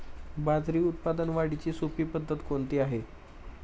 बाजरी उत्पादन वाढीची सोपी पद्धत कोणती आहे?